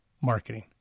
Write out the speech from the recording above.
marketing